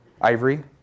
ivory